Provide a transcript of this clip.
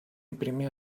imprime